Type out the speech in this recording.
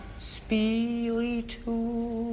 speak to